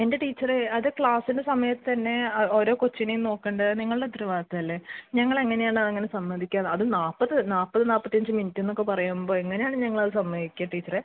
എൻ്റെ ടീച്ചറേ അത് ക്ലാസ്സിൻ്റെ സമയത്തുതന്നെ ഓരോ കൊച്ചിനേയും നോക്കേണ്ടത് നിങ്ങളുടെ ഉത്തരവാദിത്തമല്ലേ ഞങ്ങൾ എങ്ങനെയാണ് അത് അങ്ങനെ സമ്മതിക്കുക അതും നാൽപ്പത് നാൽപ്പത് നാൽപ്പത്തഞ്ച് മിനിറ്റ് എന്നൊക്കെ പറയുമ്പോൾ എങ്ങനെയാണ് ഞങ്ങളത് സമ്മതിക്കുക ടീച്ചറേ